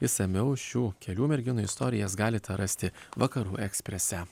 išsamiau šių kelių merginų istorijas galite rasti vakarų eksprese